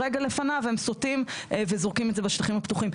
רגע לפניו הם סוטים וזורקים את זה בשטחים הפתוחים.